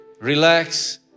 relax